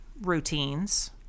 routines